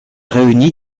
réuni